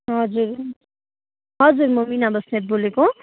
हजुर हजुर म मिना बस्नेत बोलेको